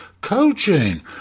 coaching